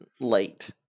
late